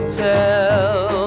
tell